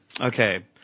Okay